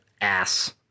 ass